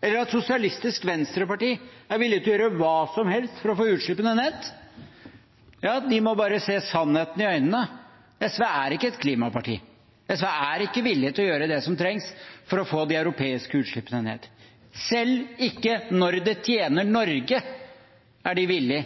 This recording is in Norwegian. eller at SV er villig til å gjøre hva som helst for å få utslippene ned, de må bare se sannheten i øynene. SV er ikke et klimaparti, SV er ikke villig til å gjøre det som trengs for å få de europeiske utslippene ned – selv ikke når det tjener Norge, er de villig